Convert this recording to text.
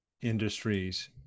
industries